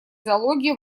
зоологии